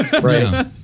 right